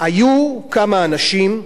היו כמה אנשים,